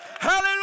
Hallelujah